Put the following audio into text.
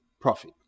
profit